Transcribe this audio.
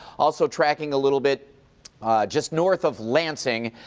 also tracking a little bit just north of lansing,